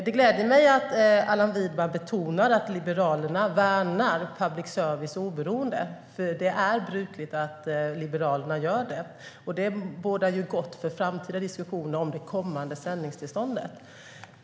Det gläder mig att Allan Widman betonar att Liberalerna värnar public services oberoende. Det är nämligen brukligt att Liberalerna gör det, och det bådar ju gott för framtida diskussioner om det kommande sändningstillståndet.